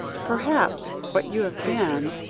perhaps what you have been,